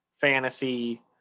fantasy